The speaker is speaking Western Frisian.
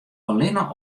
allinne